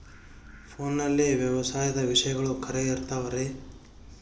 ಫೋನಲ್ಲಿ ವ್ಯವಸಾಯದ ವಿಷಯಗಳು ಖರೇ ಇರತಾವ್ ರೇ?